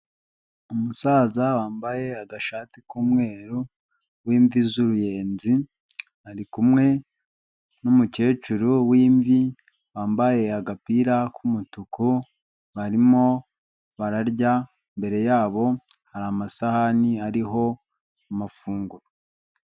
Umusaza wambaye agashati k'umweruru, w'imvi z'uruyenzi ari kumwe n'umukecuru w'imvi wambaye agapira k'umutuku barimo bararya, imbere yabo hari amasahani ariho amafunguro.